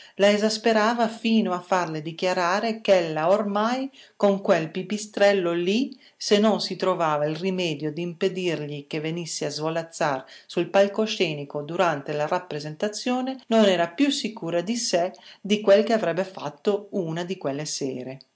la esasperava fino a farle dichiarare ch'ella ormai con quel pipistrello lì se non si trovava il rimedio d'impedirgli che venisse a svolazzar sul palcoscenico durante la rappresentazione non era più sicura di sé di quel che avrebbe fatto una di quelle sere